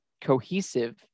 cohesive